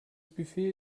buffet